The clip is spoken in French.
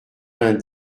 vingt